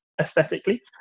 aesthetically